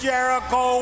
Jericho